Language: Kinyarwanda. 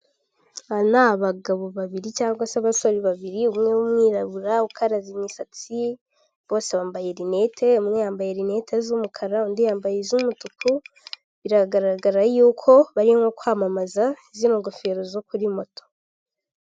Aba ni abagabo babiri cyangwa se abasore babiri, umwe w'umwirabura ukaraze imisatsi, bose bambaye rinete, umwe yambaye rinete z'umukara, undi yambaye iz'umutuku, biragaragara yuko bari nko kwamamaza zino ngofero zo kuri moto.